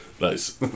Nice